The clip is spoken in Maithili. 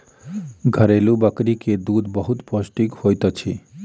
घरेलु बकरी के दूध बहुत पौष्टिक होइत अछि